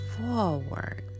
forward